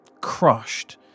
crushed